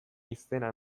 izena